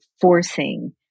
forcing